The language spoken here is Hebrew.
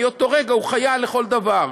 מאותו רגע הוא חייל לכל דבר.